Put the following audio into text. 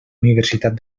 universitat